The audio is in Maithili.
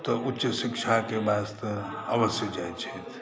तऽ उच्च शिक्षाक वास्ते अवश्य जाइ छथि